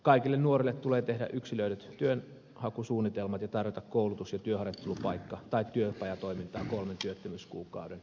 kaikille nuorille tulee tehdä yksilöidyt työnhakusuunnitelmat ja tarjota koulutus ja työharjoittelupaikka tai työpajatoimintaa kolmen työttömyyskuukauden jälkeen